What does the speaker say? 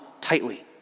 tightly